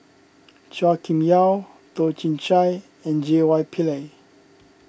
Chua Kim Yeow Toh Chin Chye and J Y Pillay